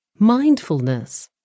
Mindfulness